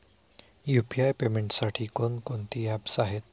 UPI पेमेंटसाठी कोणकोणती apps आहेत?